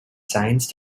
science